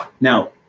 Now